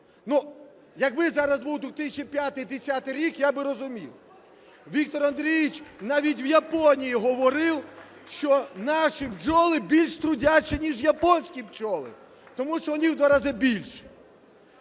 якби зараз був 2005, 2010 рік, я би розумів. Віктор Андрійович навіть в Японії говорив, що наші бджоли більш трудящі, ніж японські бджоли, тому що вони в два рази більші.